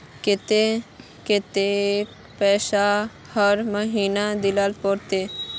केते कतेक पैसा हर महीना देल पड़ते?